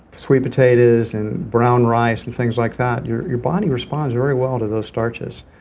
sweet potatoes and brown rice and things like that. your your body responds very well to those starches.